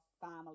family